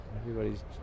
everybody's